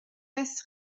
west